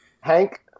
Hank